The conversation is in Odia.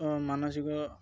ମାନସିକ